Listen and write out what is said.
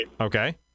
Okay